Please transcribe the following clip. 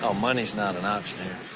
um money's not an option here.